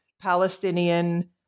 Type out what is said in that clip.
Palestinian